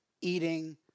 eating